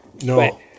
No